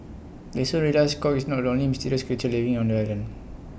they soon realise Kong is not the only mysterious creature living on the island